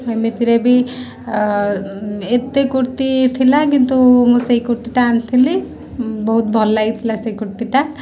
ଏମିତିରେ ବି ଏତେ କୁର୍ତ୍ତି ଥିଲା କିନ୍ତୁ ମୁଁ ସେଇ କୁର୍ତ୍ତିଟା ଆଣିଥିଲି ବହୁତ ଭଲ ଲାଗିଥିଲା ସେଇ କୁର୍ତ୍ତିଟା